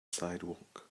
sidewalk